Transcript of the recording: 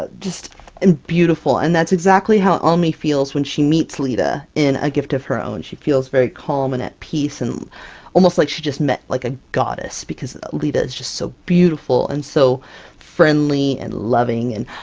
ah just and beautiful! and that's exactly how elmy feels when she meets leetah in a gift of her own. she feels very calm, and at peace, and almost like she just met like a goddess! because leetah is just so beautiful, and so friendly and loving, and.